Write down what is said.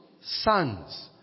sons